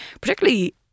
particularly